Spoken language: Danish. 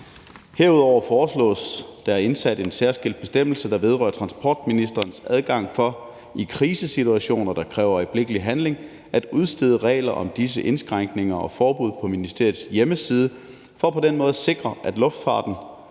Herudover foreslås der indsat en særskilt bestemmelse, der vedrører transportministerens adgang til i krisesituationer, der kræver øjeblikkelig handling, at udstede meddelelse om regler om disse indskrænkninger og forbud på ministeriets hjemmeside for på den måde at sikre luftfarten,